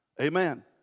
Amen